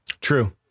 True